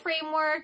framework